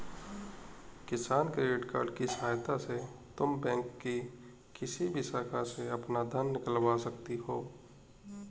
किसान credit card की सहायता से तुम बैंक की किसी भी शाखा से अपना धन निकलवा सकती हो